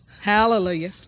Hallelujah